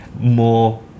more